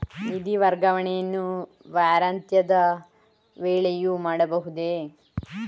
ನಿಧಿ ವರ್ಗಾವಣೆಯನ್ನು ವಾರಾಂತ್ಯದ ವೇಳೆಯೂ ಮಾಡಬಹುದೇ?